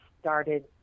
started